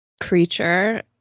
creature